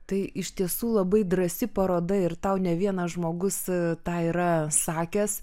tai iš tiesų labai drąsi paroda ir tau ne vienas žmogus tą yra sakęs